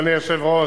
אדוני היושב-ראש,